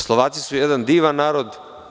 Slovaci su jedan divan narod.